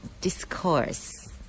discourse